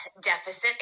deficit